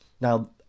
Now